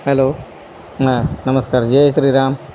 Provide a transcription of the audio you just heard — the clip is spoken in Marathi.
हॅलो हा नमस्कार जय श्री राम